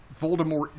Voldemort